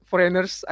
Foreigners